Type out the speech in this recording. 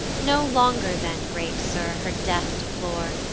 no longer then, great sir, her death deplore,